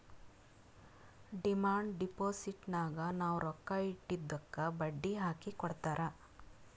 demand ಡಿಪೋಸಿಟ್ನಾಗ್ ನಾವ್ ರೊಕ್ಕಾ ಇಟ್ಟಿದ್ದುಕ್ ಬಡ್ಡಿ ಹಾಕಿ ಕೊಡ್ತಾರ್